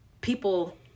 people